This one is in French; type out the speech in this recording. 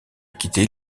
quitter